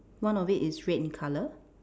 one of it is red in colour